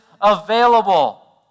available